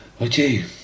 Okay